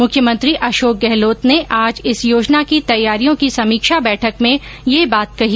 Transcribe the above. मुख्यमंत्री अशोक गहलोत ने आज इस योजना की तैयारियों की समीक्षा बैठक में ये बात कही